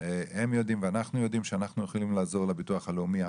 הם יודעים ואנחנו יודעים שאנחנו יכולים לעזור לביטוח הלאומי,